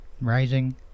rising